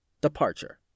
Departure